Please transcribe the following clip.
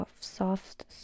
Soft